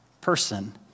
person